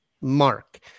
Mark